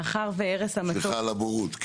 סליחה על הבורות.